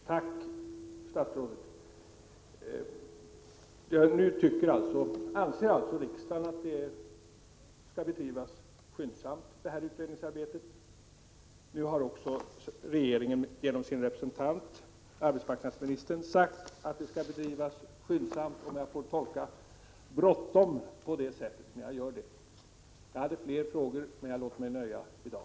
Herr talman! Det var rejält besked på en punkt. Tack, statsrådet! Riksdagen anser att utredningsarbetet skall bedrivas skyndsamt. Nu har också regeringen genom sin representant, arbetsmarknadsministern, sagt att det skall bedrivas skyndsamt — om jag får tolka ”bråttom” på det sättet, och jag gör det. Jag hade fler frågor, men jag låter mig nöja i dag.